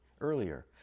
earlier